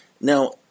now